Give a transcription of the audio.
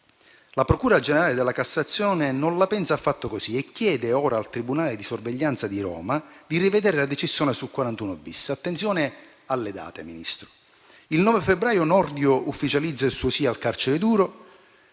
la procura generale della Cassazione non la pensa affatto così e chiede al tribunale di sorveglianza di Roma di rivedere la decisione sul 41-*bis.* Attenzione alle date, signor Ministro: il 9 febbraio Nordio ufficializza il suo sì al carcere duro.